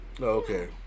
okay